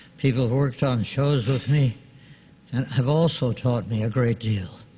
people who worked on shows with me and have also taught me a great deal.